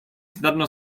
snadno